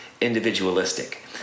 individualistic